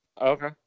okay